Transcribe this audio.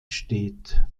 steht